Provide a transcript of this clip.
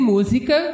Música